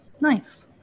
Nice